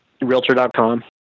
Realtor.com